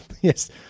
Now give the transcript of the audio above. Yes